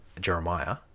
Jeremiah